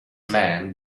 men